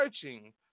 searching